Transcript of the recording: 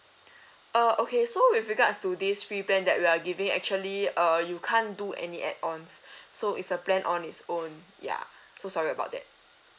uh okay so with regards to this free plan that we are giving actually uh you can't do any add ons so it's a plan on its own ya so sorry about that